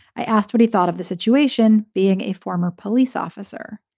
i asked what he thought of the situation. being a former police officer,